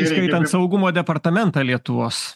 įskaitant saugumo departamentą lietuvos